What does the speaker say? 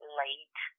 late